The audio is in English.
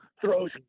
throws